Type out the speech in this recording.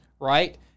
right